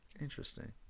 Interesting